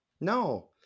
No